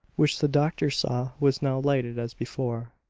which the doctor saw was now lighted as before.